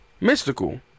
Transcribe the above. Mystical